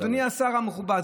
אדוני השר המכובד,